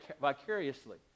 vicariously